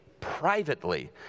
privately